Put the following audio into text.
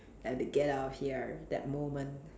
I had to get out of here that moment